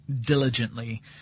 diligently